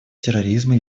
терроризма